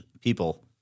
people